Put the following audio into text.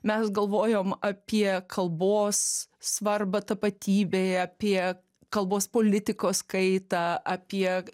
mes galvojom apie kalbos svarbą tapatybėje apie kalbos politikos kaitą apie